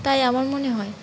তাই আমার মনে হয়